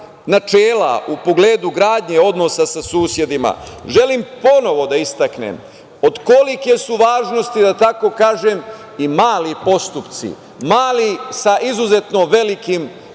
načela u pogledu gradnje odnosa sa susedima, želim ponovo da istaknem od kolike su važnosti da tako kažem i mali postupci, mali sa izuzetno velikim